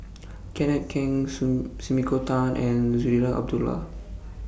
Kenneth Keng Sumiko Tan and Zarinah Abdullah